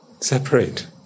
separate